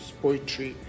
poetry